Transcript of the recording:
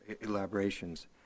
elaborations